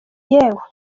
yewe